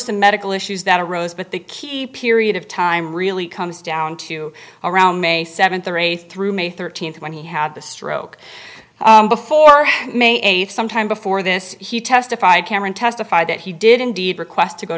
some medical issues that arose but the key period of time really comes down to around may seventh or eighth through may thirteenth when he had the stroke before may eighth some time before this he testified cameron testified that he did indeed request to go